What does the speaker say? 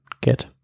get